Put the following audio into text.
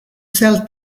sell